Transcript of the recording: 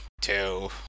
two